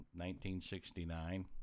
1969